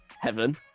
heaven